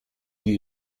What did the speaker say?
new